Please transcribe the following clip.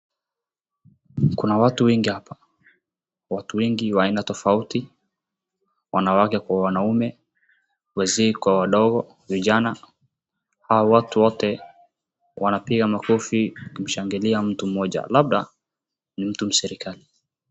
Kuna watu wengi hapa watu wengi wa aina tofauti wanawake Kwa wanaume wazee kwa wadogo, vijana, hawa watu wote wanapiga makofi kumshangilia mtu mmoja labda ni mtu mserikali.